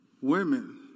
women